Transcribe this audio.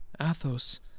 Athos